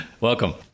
Welcome